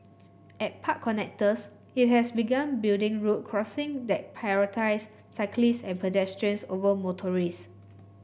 at park connectors it has begun building road crossings that prioritise cyclists and pedestrians over motorists